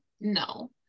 No